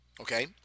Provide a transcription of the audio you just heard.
Okay